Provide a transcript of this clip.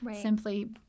simply